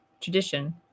tradition